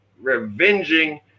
revenging